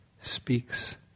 speaks